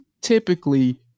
typically